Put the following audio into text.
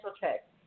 check